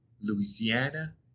louisiana